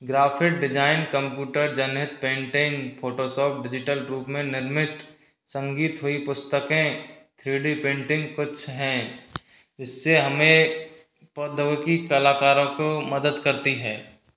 graphic design computer जनित painting Photoshop digital रूप में निर्मित संगीत हुई पुस्तकें थ्री डी पेंटिंग कुछ हैं इससे हमें प्रौद्योगी कलाकारों को मदद करती है